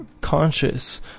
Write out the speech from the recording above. conscious